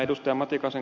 myös ed